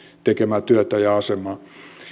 tekemää työtä ja asemaa